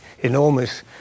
enormous